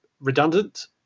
redundant